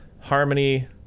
Harmony